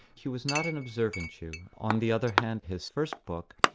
he was not an observant jew. on the other hand, his first book,